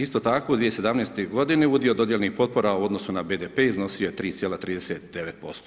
Isto tako u 2017. godini udio dodijeljenih potpora u odnosu na BDP iznosio je 3,39%